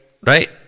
right